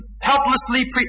helplessly